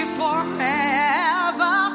forever